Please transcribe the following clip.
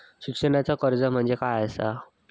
शिक्षणाचा कर्ज म्हणजे काय असा?